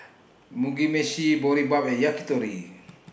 Mugi Meshi Boribap and Yakitori